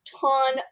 ton